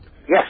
Yes